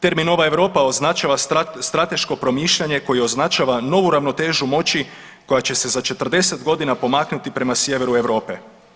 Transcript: Termin nova Europa označava strateško promišljanje koji označava novu ravnotežu moći koja će se za 40 godina pomaknuti prema sjeveru Europe.